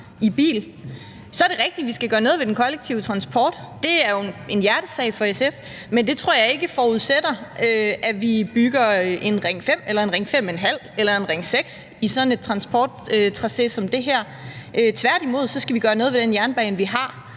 i bil. Så er det rigtigt, at vi skal gøre noget ved den kollektive transport. Det er jo en hjertesag for SF, men det tror jeg ikke forudsætter, at vi bygger en Ring 5, en Ring 5½ eller en Ring 6 i sådan en transporttracé som det her. Tværtimod skal vi gøre noget ved den jernbane, vi har,